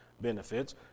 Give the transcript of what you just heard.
benefits